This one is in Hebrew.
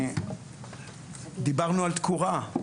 דיברנו על תקורה.